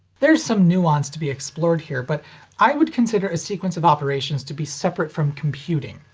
there's some nuance to be explored here, but i would consider a sequence of operations to be separate from computing.